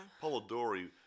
Polidori